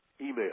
email